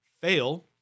fail